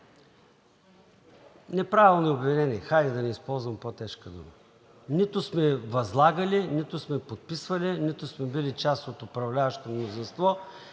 неправилни обвинения, хайде да не използвам по-тежка дума. Нито сме възлагали, нито сме подписвали, нито сме били част от управляващото мнозинство,